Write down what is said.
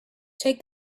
take